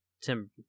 Tim